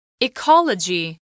Ecology